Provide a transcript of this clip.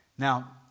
Now